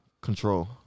Control